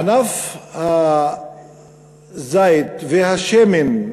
ענף הזית והשמן,